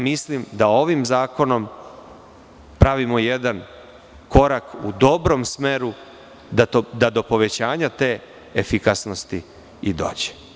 Mislim da ovim zakonom pravimo jedan korak u dobrom smeru da do povećanja te efikasnosti i dođe.